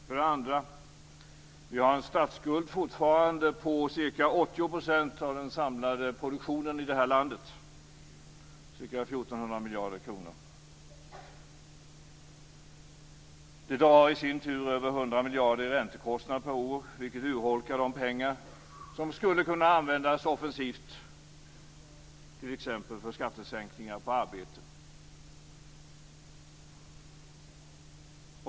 För det andra har vi fortfarande en statsskuld som omfattar ca 80 % av den samlade produktionen i landet, dvs. ca 1 400 miljarder kronor. Det drar i sin tur över 100 miljarder i räntekostnader per år, vilket urholkar de pengar som skulle kunna användas offensivt t.ex. för skattesänkningar på arbete.